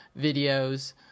videos